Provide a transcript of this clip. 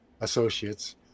associates